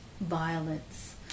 violence